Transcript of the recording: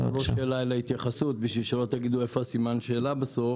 אתן התייחסות בשביל שלא תגידו איפה הסימן שאלה בסוף,